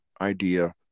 idea